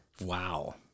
Wow